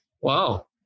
Wow